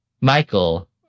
Michael